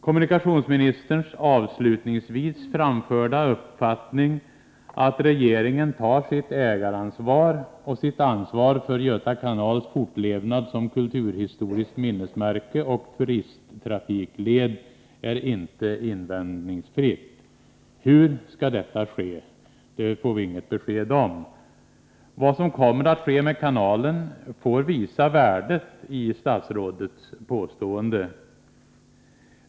Kommunikationsministerns avslutningsvis framförda uppfattning ”att regeringen tar sitt ägaransvar och sitt ansvar för Göta kanals fortlevnad som kulturhistoriskt minnesmärke och turistled” är inte invändningsfri. Hur detta skall ske får vi inget besked om. Vad som kommer att ske med kanalen får visa värdet i statsrådets påstående.